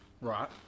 Right